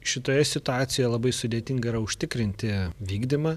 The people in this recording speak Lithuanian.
šitoje situacijoje labai sudėtinga yra užtikrinti vykdymą